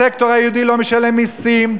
הסקטור היהודי לא משלם מסים,